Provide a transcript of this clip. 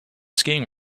skiing